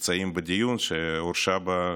נמצאים בדיון בו,